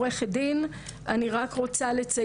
8.ב. זה להורות על הפסקת שימוש באמצעים